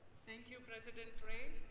thank you, president ray.